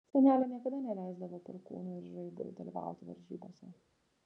senelė niekada neleisdavo perkūnui ir žaibui dalyvauti varžybose